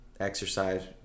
exercise